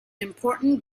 important